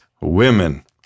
women